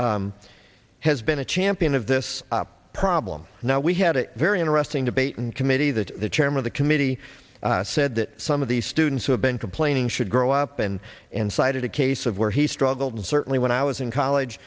that has been a champion of this problem now we had a very interesting debate in committee that the chairman of the committee said that some of these students who have been complaining should grow up and and cited a case of where he struggled and certainly when i was in college